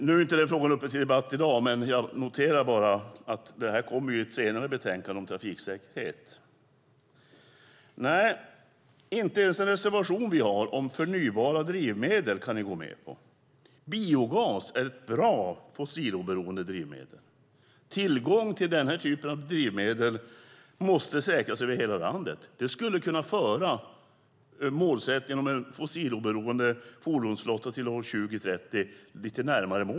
Nu är inte den här frågan uppe till debatt i dag, men jag noterar bara att den kommer att tas upp i ett senare betänkande om trafiksäkerhet. Nej, inte ens den reservation vi har om förnybara drivmedel kan ni gå med på. Biogas är ett bra fossiloberoende drivmedel. Tillgång till denna typ av drivmedel måste säkras över hela landet. Det skulle bidra till att föra oss lite närmare målet om en fossiloberoende fordonsflotta till 2030.